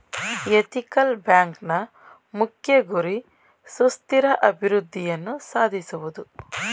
ethical ಬ್ಯಾಂಕ್ನ ಮುಖ್ಯ ಗುರಿ ಸುಸ್ಥಿರ ಅಭಿವೃದ್ಧಿಯನ್ನು ಸಾಧಿಸುವುದು